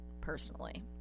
personally